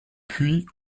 puis